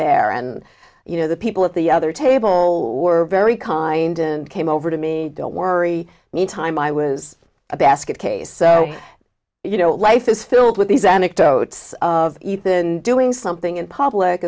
there and you know the people at the other table were very kind and came over to me don't worry me time i was a basket case so you know life is filled with these anecdotes of even doing something in public